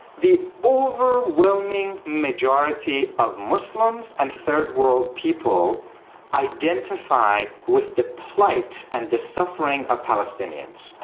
the overwhelming majority of muslims and third world people identify with the plight and the suffering of palestinians.